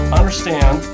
understand